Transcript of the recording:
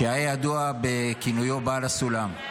שהיה ידוע בכינויו "בעל הסולם",